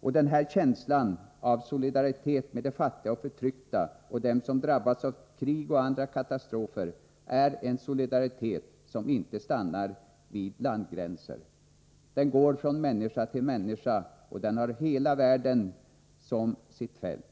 Denna känsla av solidaritet med de fattiga och förtryckta och dem som drabbats av krig och andra katastrofer är en solidaritet som inte stannar vid landgränser. Den går från människa till människa, och den har hela världen som sitt fält.